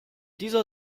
dieser